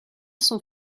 son